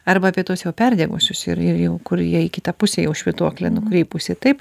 arba apie tuos jau perdegusius ir ir jau kur jie į kitą pusę jau švytuoklę nukreipusi taip